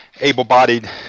able-bodied